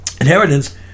Inheritance